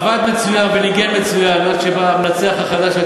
ההצבעות אנחנו נצמיד את שני החוקים לקריאה ראשונה.